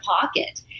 pocket